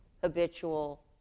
habitual